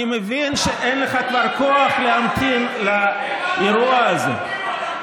אני מבין שאין לך כבר כוח להמתין לאירוע הזה.